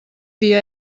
dia